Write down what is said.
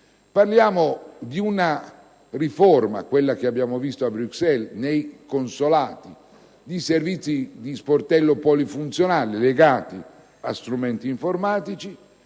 parliamo della riforma che abbiamo visto a Bruxelles nell'ambito dei consolati; di servizi di sportello polifunzionali legati a strumenti informatici;